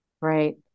Right